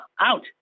out